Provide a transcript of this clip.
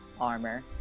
armor